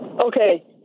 Okay